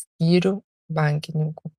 skyrių bankininkų